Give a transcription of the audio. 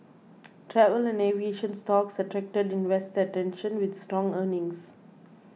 travel and aviation stocks attracted investor attention with strong earnings